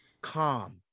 calm